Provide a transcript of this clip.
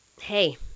hey